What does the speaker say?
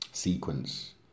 sequence